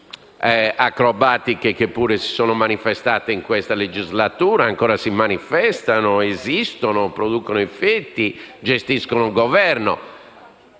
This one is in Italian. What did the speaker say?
po' acrobatiche, che pure si sono manifestate in questa legislatura e che ancora si manifestano, esistono, producono effetti e gestiscono un Governo.